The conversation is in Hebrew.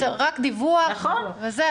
צריך רק דיווח, זה הכול.